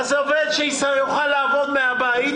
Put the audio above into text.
עובד שיוכל לעבוד מהבית,